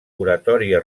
oratòria